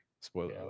Spoiler